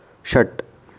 षट्